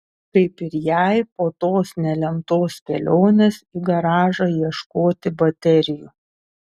kaip ir jai po tos nelemtos kelionės į garažą ieškoti baterijų